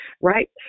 right